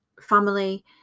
family